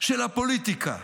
של הפוליטיקה,